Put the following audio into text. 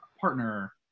partner